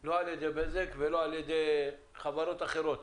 לא על ידי בזק ולא על ידי חברות אחרות.